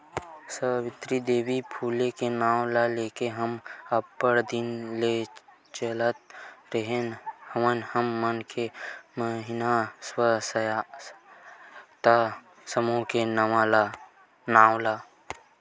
सावित्री देवी फूले के नांव ल लेके हमन अब्बड़ दिन ले चलात रेहे हवन हमर मन के महिना स्व सहायता समूह के नांव ला